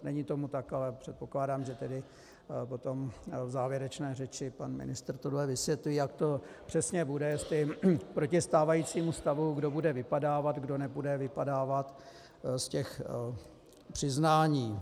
Není tomu tak, ale předpokládám, že tedy potom v závěrečné řeči pan ministr toto vysvětlí, jak to přesně bude, jestli proti stávajícímu stavu, kdo bude vypadávat, kdo nebude vypadávat z těch přiznání.